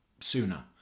sooner